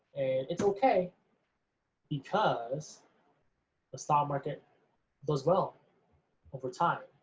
and it's okay because the stock market does well over time,